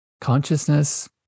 consciousness